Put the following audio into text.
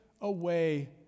away